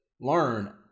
learn